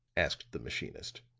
asked the machinist.